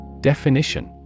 Definition